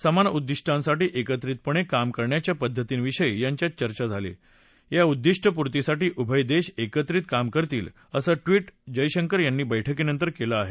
समान उदिष्टांसाठी एकत्रितपणे काम करण्याच्या पद्धतींविषयी यांच्यात चर्चा झाली या उदिष्ट पूर्तीसाठी उभय देश एकत्रित काम करतील असं ट्वीट जयशंकर यांनी बैठकीनंतर केलं आहे